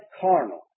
carnal